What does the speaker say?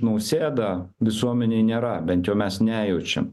nausėdą visuomenėj nėra bent jau mes nejaučiam